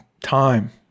time